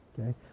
okay